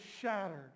shattered